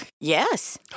Yes